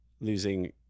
losing